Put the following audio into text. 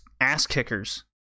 ass-kickers